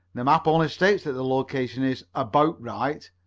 the map only states that the location is about right.